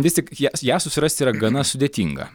vis tik ją ją susirasti yra gana sudėtinga